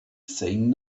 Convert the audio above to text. saying